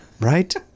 right